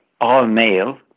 all-male